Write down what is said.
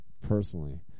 personally